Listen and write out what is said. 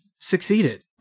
succeeded